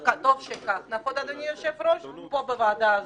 וטוב שכך, נכון, אדוני היושב-ראש, פה בוועדה הזאת?